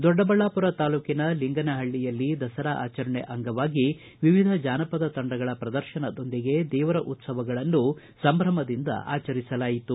ದೊಡ್ಡಬಳ್ಳಾಪುರ ತಾಲೂಕಿನ ಲಿಂಗನಹಳ್ಳಿಯಲ್ಲಿ ದಸರಾ ಆಚರಣೆ ಅಂಗವಾಗಿ ವಿವಿಧ ಜಾನಪದ ತಂಡಗಳ ಪ್ರದರ್ಶನದೊಂದಿಗೆ ದೇವರ ಉತ್ಸವಗಳನ್ನು ಸಂಭ್ರಮದಿಂದ ಆಚರಿಸಲಾಯಿತು